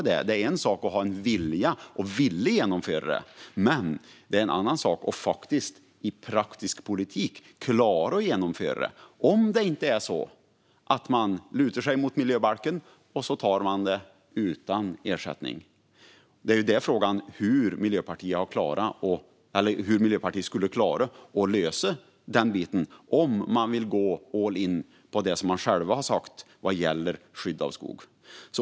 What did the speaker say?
Det är en sak att ha en vilja att genomföra detta, men det är en annan sak att i praktisk politik klara av att göra det, såvida man inte lutar sig mot miljöbalken och gör det utan ersättning. Frågan är alltså hur Miljöpartiet skulle klara av att lösa den biten om man vill går all-in i det man själv har sagt om skydd av skog.